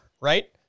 right